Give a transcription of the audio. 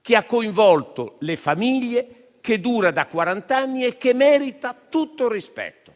che ha coinvolto le famiglie, che dura da quarant'anni e che merita tutto il rispetto.